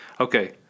Okay